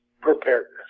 preparedness